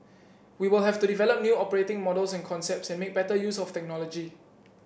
we will have to develop new operating models and concepts and make better use of technology